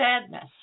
sadness